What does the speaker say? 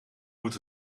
moet